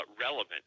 relevant